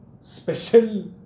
special